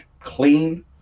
clean